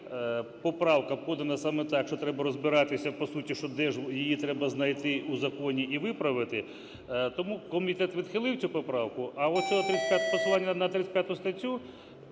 поправка подана саме так, що треба розбиратися по суті, що де ж, її треба знайти у законі і виправити, тому комітет відхилив цю поправку. А от посилання на 35 статтю,